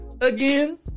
Again